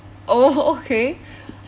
oh okay